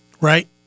right